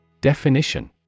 Definition